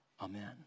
Amen